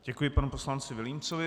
Děkuji panu poslanci Vilímcovi.